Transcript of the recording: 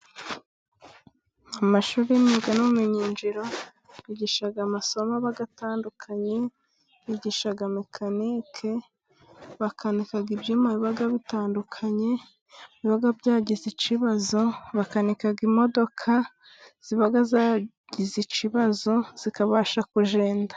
Amashuri y'imyuga n'ubumenyingiro, bigisha amasomo aba atandukanye, bigisha mekanike, bakanika ibyuma biba bitandukanye biba byagize ikibazo, bakanika imodoka ziba zagize ikibazo, zikabasha kugenda.